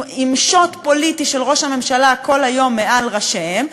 עם שוט פוליטי של ראש הממשלה כל היום מעל ראשיהם.